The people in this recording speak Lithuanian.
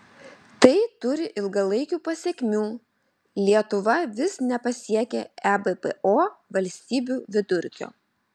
tai turi ilgalaikių pasekmių lietuva vis nepasiekia ebpo valstybių vidurkio